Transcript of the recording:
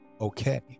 okay